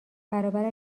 برابر